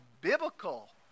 biblical